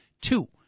two